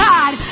God